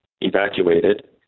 evacuated